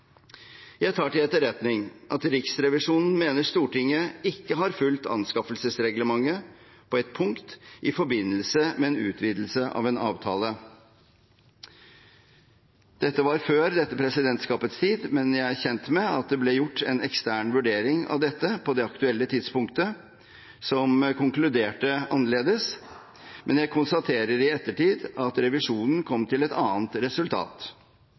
Jeg tar til etterretning at Riksrevisjonen mener Stortinget ikke har fulgt anskaffelsesreglementet på et bestemt punkt i forbindelse med en utvidelse av en avtale. Det var før dette presidentskapets tid, men jeg er kjent med at det ble gjort en ekstern vurdering av dette på det aktuelle tidspunktet som konkluderte annerledes. Jeg konstaterer i ettertid at revisjonen kom til et annet resultat.